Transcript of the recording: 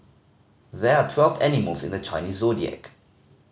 there are twelve animals in the Chinese Zodiac